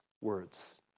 words